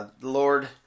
Lord